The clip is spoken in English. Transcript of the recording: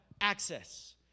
access